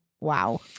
wow